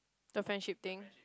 the friendship thing